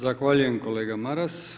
Zahvaljujem kolega Maras.